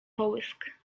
połysk